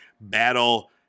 battle